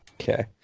Okay